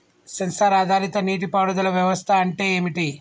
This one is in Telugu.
సెన్సార్ ఆధారిత నీటి పారుదల వ్యవస్థ అంటే ఏమిటి?